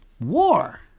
War